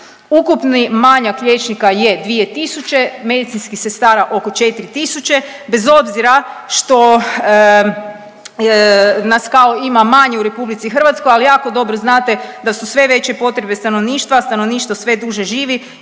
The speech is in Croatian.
Ukupni manjak liječnika je dvije tisuće, medicinskih sestara oko četri tisuće, bez obzira što nas kao ima manje u RH, ali jako dobro znate da su sve veće potrebe stanovništva, a stanovništvo sve duže živi